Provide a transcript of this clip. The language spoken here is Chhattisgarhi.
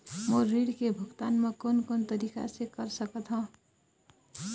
मोर ऋण के भुगतान म कोन कोन तरीका से कर सकत हव?